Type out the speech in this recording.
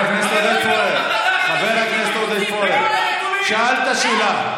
חבר הכנסת עודד פורר, שאלת שאלה.